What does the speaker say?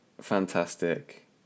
fantastic